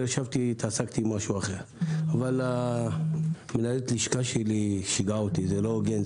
התעסקתי בחדר במשהו אחר אבל מנהלת הלשכה שלי שיגעה אותי: לא מנומס,